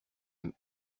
mme